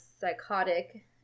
psychotic